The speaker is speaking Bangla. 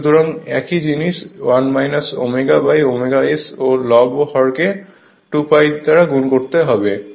সুতরাং একই জিনিস 1 ωω S ও লব এবং হরকে 2 π দ্বারা গুণ করতে হবে